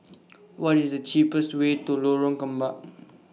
What IS The cheapest Way to Lorong Kembang